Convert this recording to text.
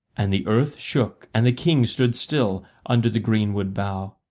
and the earth shook and the king stood still under the greenwood bough,